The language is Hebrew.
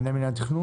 מנהל מינהל התכנון?